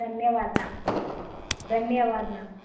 धन्यवाद मेम धन्यवाद मेम